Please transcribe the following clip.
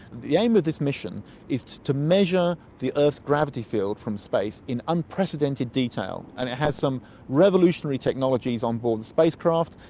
the aim of this mission is to measure the earth's gravity field from space in unprecedented detail, and it has some revolutionary technologies on board the spacecraft.